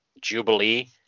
Jubilee